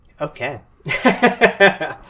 Okay